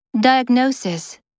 Diagnosis